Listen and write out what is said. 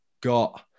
got